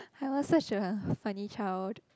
I was such a funny child